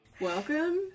Welcome